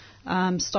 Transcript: Stock